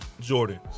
Jordan